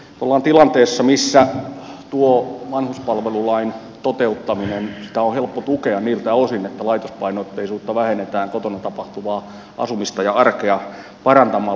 ollaan tilanteessa missä tuota vanhuspalvelulain toteuttamista on helppo tukea niiltä osin että laitospainotteisuutta vähennetään kotona tapahtuvaa asumista ja arkea parantamalla